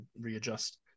readjust